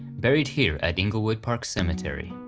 buried here at inglewood park cemetery.